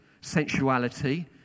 sensuality